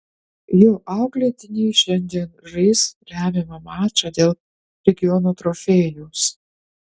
jo auklėtiniai šiandien žais lemiamą mačą dėl regiono trofėjaus